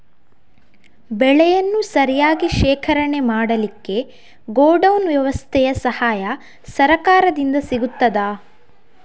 ಬೆಳೆಯನ್ನು ಸರಿಯಾಗಿ ಶೇಖರಣೆ ಮಾಡಲಿಕ್ಕೆ ಗೋಡೌನ್ ವ್ಯವಸ್ಥೆಯ ಸಹಾಯ ಸರಕಾರದಿಂದ ಸಿಗುತ್ತದಾ?